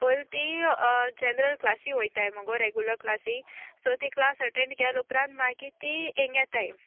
पयलू ती जनरल क्लासी वोयताय मगो रेगुलर क्लासी सो ती क्लास अटँड केल्या उपरांत मागीर ती हिंगां येताय